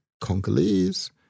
Congolese